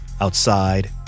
Outside